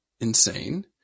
Insane